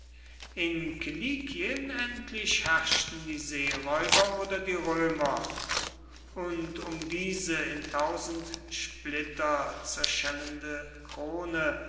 in kilikien endlich herrschten die seeräuber oder die römer und um diese in tausend splitter zerschellende krone